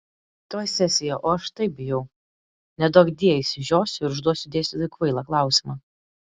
tuoj sesija o aš taip bijau neduokdie išsižiosiu ir užduosiu dėstytojui kvailą klausimą